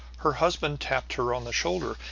her husband tapped her on the shoulder,